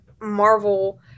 Marvel